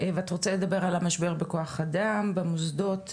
ואת רוצה לדבר על המשבר בכוח אדם במוסדות,